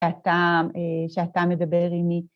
שאתה מדבר עימי